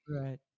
right